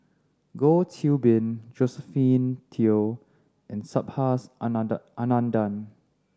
Goh Qiu Bin Josephine Teo and Subhas Anandan Anandan